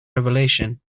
revelation